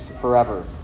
forever